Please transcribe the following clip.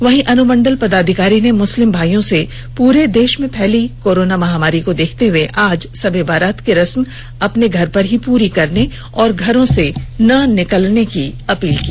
वहीं अनुमंडल पदाधिकारी ने मुस्लिम भाईयों से पूरे देश में फैली कोरोना महामारी को देखते हुए आज सबेबरात की रश्म अपने घरों पर ही पूरी करने और घरों से ना निकलने की अपील की